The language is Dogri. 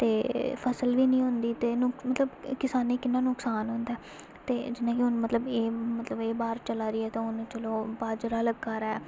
ते फसल बी निं होंदी ते मतलब किसानै ई कि'न्ना नुक्सान होंदा ऐ ते जि'यां कि हून मतलब एह् मतलब एह् बाहर चला दी ऐ ते हून चलो बाजरा लग्गा दा ऐ